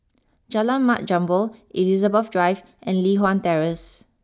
Jalan Mat Jambol Elizabeth Drive and Li Hwan Terrace